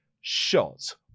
shot